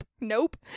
nope